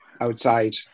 outside